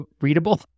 readable